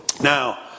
Now